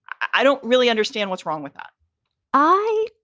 i don't really understand what's wrong with that i